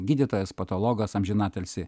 gydytojas patologas amžinatilsį